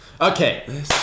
okay